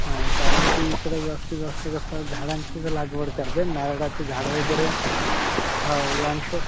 हां कारण की इकडं जास्तीत जास्त कसं झाडांचीच लागवड करते नारळाचे झाडं वगैरे हो यांचं